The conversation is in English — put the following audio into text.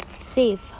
safe